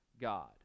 God